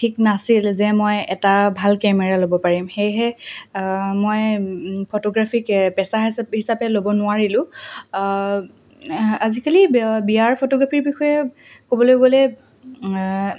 ঠিক নাছিল যে মই এটা ভাল কেমেৰা ল'ব পাৰিম সেয়েহে মই ফটোগ্ৰাফিক পেচা হিচ হিচাপে ল'ব নোৱাৰিলোঁ আজিকালি বিয়াৰ ফটোগ্ৰাফীৰ বিষয়ে ক'বলৈ গ'লে